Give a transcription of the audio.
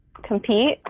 compete